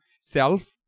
self